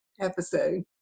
episode